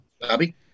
Bobby